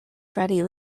freddy